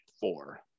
four